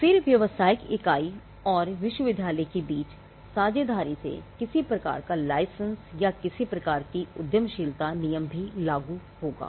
फिर व्यावसायिक इकाई और विश्वविद्यालय के बीच साझेदारी से किसी प्रकार का लाइसेंस या किसी प्रकार का उद्यमशीलता नियम भी लागू होगा